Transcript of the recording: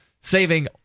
saving